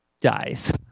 dies